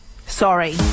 Sorry